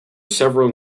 several